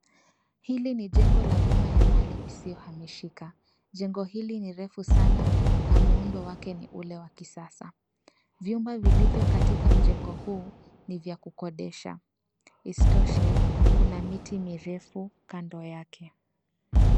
hili ni jengo la pima ya mali isiyohamishika jengo ili ni refu sana na muhundo wake ni ule wa kisasa vyumba vilivyo katika mjengo huu ni vya kukodesha isitoshe kuna miti mirefu kando yake.